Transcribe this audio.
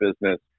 business